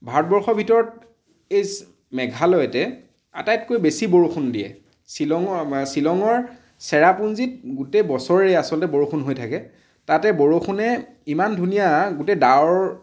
ভাৰতবৰ্ষৰ ভিতৰত এই মেঘালয়তে আটাইতকৈ বেছি বৰষুণ দিয়ে শ্বিলঙৰ শ্বিলঙৰ চেৰাপুঞ্জীত গোটেই বছৰেই আচলতে বৰষুণ হৈ থাকে তাতে বৰষুণে ইমান ধুনীয়া গোটেই ডাৱৰ